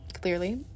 clearly